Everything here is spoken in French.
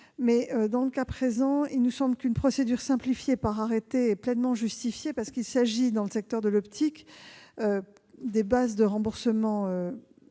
Mais, dans le cas présent, il nous semble qu'une procédure simplifiée par arrêté est pleinement justifiée. Dans le secteur de l'optique, les bases de remboursement par